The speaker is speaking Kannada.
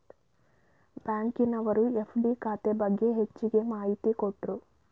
ಬ್ಯಾಂಕಿನವರು ಎಫ್.ಡಿ ಖಾತೆ ಬಗ್ಗೆ ಹೆಚ್ಚಗೆ ಮಾಹಿತಿ ಕೊಟ್ರು